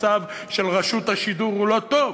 המצב של רשות השידור הוא לא טוב.